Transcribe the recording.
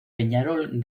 peñarol